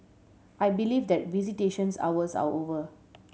I believe that visitation hours are over